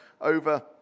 over